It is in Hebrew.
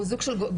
הוא סוג של גובה.